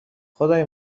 خدای